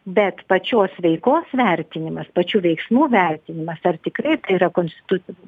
bet pačios veikos vertinimas pačių veiksmų vertinimas ar tikrai tai yra konstitucinis